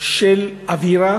של אווירה